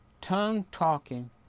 tongue-talking